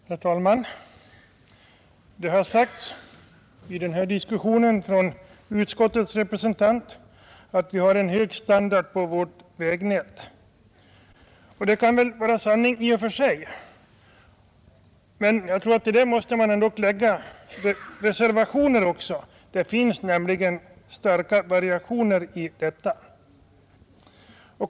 Herr talman! Det har sagts i den här diskussionen av utskottets representant att vi har en hög standard på vårt vägnät, och det kan väl vara sant i och för sig. Men jag tror att man också måste göra reservationer; det finns nämligen stora variationer.